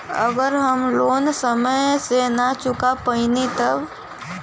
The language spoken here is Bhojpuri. अगर हम लोन समय से ना चुका पैनी तब?